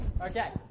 Okay